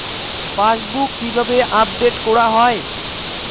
Passbook কিভাবে update করা হয়?